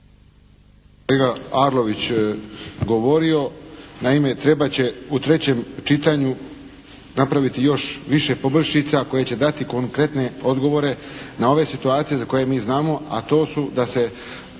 se./… Arlović govorio. Naime, trebat će u trećem čitanju napraviti još više poboljšica koje će dati konkretne odgovore na ove situacije za koje mi znamo, a to su da se